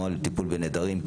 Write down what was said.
נוהל טיפול בנעדרים,